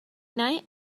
night